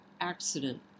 accident